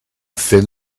thin